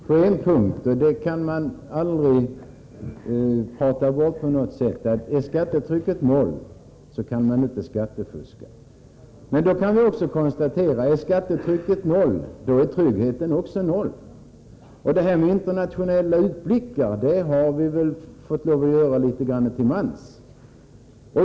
Fru talman! Jag kan hålla med Björn Körlof på en punkt, nämligen att man inte kan skattefuska då skattetrycket är noll — och det kan man aldrig prata bort på något sätt! Men då kan jag också konstatera, att om skattetrycket är noll är tryggheten också noll. Björn Körlof talar om internationella utblickar — men sådana har vi väl gjort litet till mans.